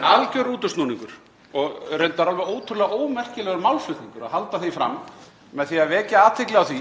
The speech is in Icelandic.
alger útúrsnúningur og reyndar alveg ótrúlega ómerkilegur málflutningur að halda því fram að með því að vekja athygli á því